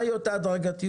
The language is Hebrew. מהי אותה הדרגתיות?